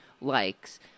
likes